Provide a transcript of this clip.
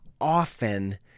often